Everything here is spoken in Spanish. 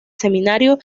seminario